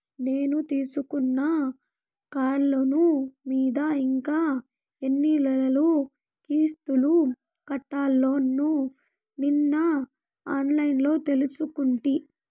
నేను తీసుకున్న కార్లోను మీద ఇంకా ఎన్ని నెలలు కిస్తులు కట్టాల్నో నిన్న ఆన్లైన్లో తెలుసుకుంటి